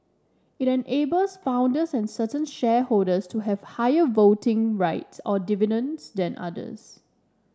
it enables founders and certain shareholders to have higher voting rights or dividends than others